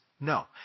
no